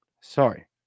Sorry